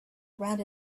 around